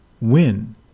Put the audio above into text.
win